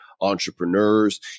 entrepreneurs